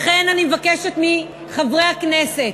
לכן אני מבקשת מחברי הכנסת,